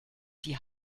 die